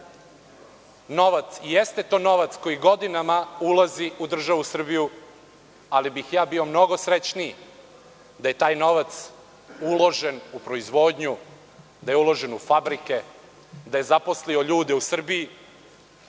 to jeste novac koji godinama ulazi u državu Srbiju, ali bih ja bio mnogo srećniji, da je taj novac uložen u proizvodnju, u fabrike, da je zaposlio ljude u Srbiji,